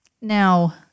Now